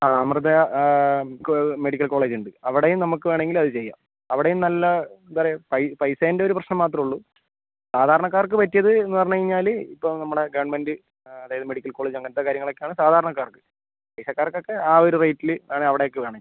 ആ Amrita medical college ഉണ്ട് അവിടെയും നമുക്ക് വേണമെങ്കിൽ അത് ചെയ്യാം അവിടെയും നല്ല എന്താണ് പറയുക പൈസേന്റ ഒര് പ്രശ്നം മാത്രമേ ഉള്ളൂ സാധാരണക്കാർക്ക് പറ്റിയത് എന്ന് പറഞ്ഞ് കഴിഞ്ഞാൽ ഇപ്പം നമ്മുടെ ഗവൺമെന്റ് അതായത് മെഡിക്കൽ കോളേജ് അങ്ങനത്തെ കാര്യങ്ങൾ ഒക്കെ ആണ് സാധാരണക്കാർക്ക് പൈസക്കാർക്ക് ഒക്കെ ആ ഒരു റേറ്റിൽ വേണമെങ്കിൽ അവിടേക്ക് വേണമെങ്കിൽ പോകാം